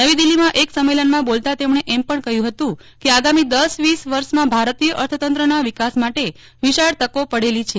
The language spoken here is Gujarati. નવી દિલ્હીમાં એક સંમેલનમાં બોલતા તેમણે એમ પણ કહ્યું હતું કે આગામી દસ વીસ વર્ષમાં ભારતીય અર્થ તંત્રના વિકાસ માટે વિશાળ તકો પડેલી છે